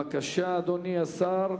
בבקשה, אדוני השר.